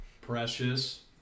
Precious